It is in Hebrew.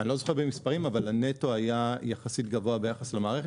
אני לא זוכר במספרים אבל הנטו היה יחסית גבוה ביחס למערכת,